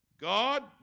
God